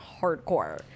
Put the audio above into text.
hardcore